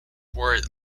were